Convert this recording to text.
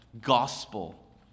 gospel